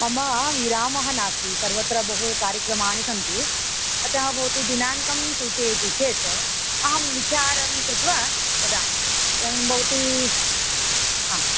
मम विरामः नास्ति सर्वत्र बहु कार्यक्रमाणि सन्ति अतः भवती दिनाङ्कं सूचयति चेत् अहं विचारं कृत्वा वदामि इदानीं भवती हा